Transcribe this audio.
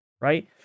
right